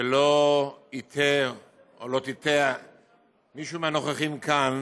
שלא יטעה או לא תטעה מישהו מהנוכחים כאן,